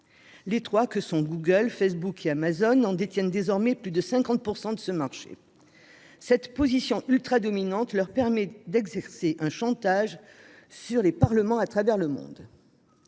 Les trois sociétés Google, Facebook et Amazon détiennent désormais plus de 50 % de ce marché. Cette position ultradominante leur permet d'exercer un chantage sur les parlements à travers le monde.